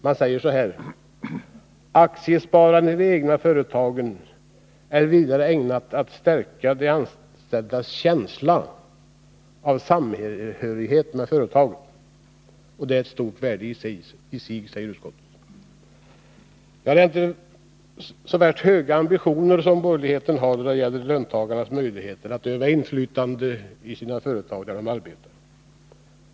Man säger så här: ”Aktiesparandet i det egna företaget är vidare ägnat att stärka de anställdas känsla av samhörighet med företaget, vilket är av stort värde i sig.” | Det är verkligen inte höga ambitioner som borgerligheten har då det gäller löntagarnas möjligheter att öva inflytande i de företag där de arbetar.